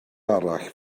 arall